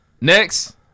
Next